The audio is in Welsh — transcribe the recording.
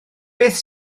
beth